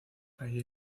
allí